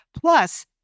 plus